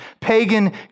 pagan